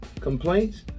complaints